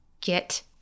Get